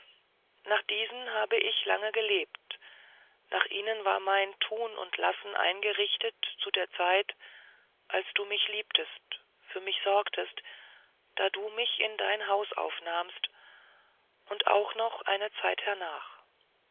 nach diesen habe ich lange gelebt nach ihnen war mein tun und lassen eingerichtet zu der zeit da du mich liebtest für mich sorgtest da du mich in dein haus aufnahmst und auch noch eine zeit hernach